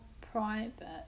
private